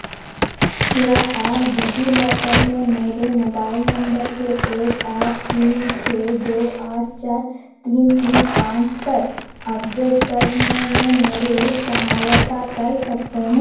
क्या आप डिजीलॉकर में मेरे मोबाइल नंबर के एक आठ तीन छः दो आठ चार तीन तीन पाँच पर अपडेट करने में मेरे सहायता कर सकते हैं